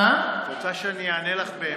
את רוצה שאני אענה לך?